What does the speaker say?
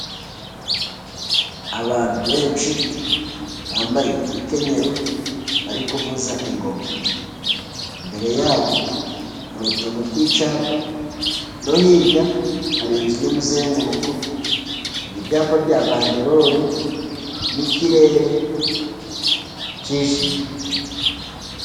Abantu benshi bambaye imikenyero, bari kuvuza ingoma imbere yabo hari utuntu tw'icyapa no hirya, har'inzu y'umuzenguruko, hari ibyapa bya bandelole n'ikirere cyijimye.